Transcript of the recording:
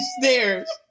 stairs